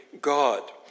God